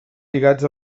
lligats